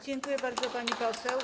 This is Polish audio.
Dziękuję bardzo, pani poseł.